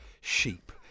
sheep